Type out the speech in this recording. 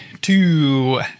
two